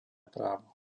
právo